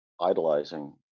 idolizing